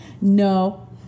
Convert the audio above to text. No